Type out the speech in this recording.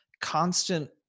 constant